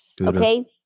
Okay